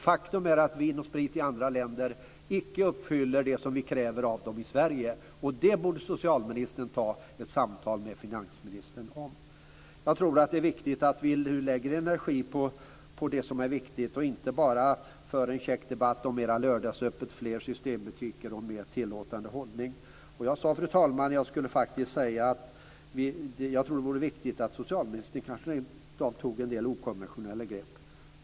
Faktum är att Vin & Sprit i andra länder icke uppfyller det som vi kräver av företaget i Sverige. Socialministern borde ta ett samtal med finansministern om detta. Det är viktigt att vi nu lägger ned energi på det som är betydelsefullt och inte bara för en käck debatt om mera lördagsöppet, fler systembutiker och en mer tillåtande hållning. Fru talman! Jag tror att det vore viktigt att socialministern nu tog en del okonventionella grepp.